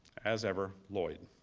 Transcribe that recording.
as ever, lloyd.